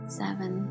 seven